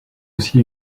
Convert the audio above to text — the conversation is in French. aussi